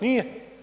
Nije.